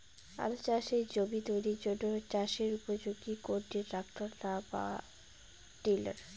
আলু চাষের জমি তৈরির জন্য চাষের উপযোগী কোনটি ট্রাক্টর না পাওয়ার টিলার?